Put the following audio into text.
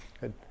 Good